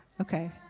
Okay